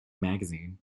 magazine